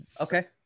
Okay